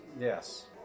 Yes